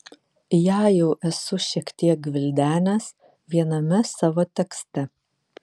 ją jau esu šiek tiek gvildenęs viename savo tekste